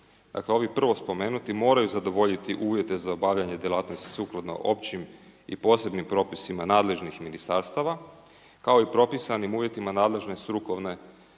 Dakle, ovi prvo spomenuti moraju zadovoljiti uvjete za obavljanje djelatnosti sukladno općim i posebnim propisima nadležnih ministarstava kao i propisanim uvjetima nadležne strukovne